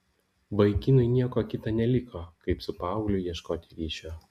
vaikinui nieko kita neliko kaip su paaugliu ieškoti ryšio